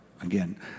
again